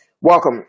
Welcome